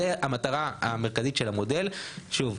זו המטרה המרכזית של המודל: שוב,